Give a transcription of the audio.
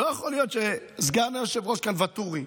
לא יכול להיות שסגן היושב-ראש כאן, ואטורי,